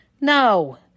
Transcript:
no